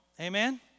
Amen